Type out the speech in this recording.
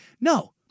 No